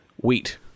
wheat